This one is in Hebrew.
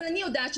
אבל אני יודעת,